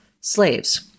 Slaves